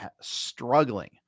struggling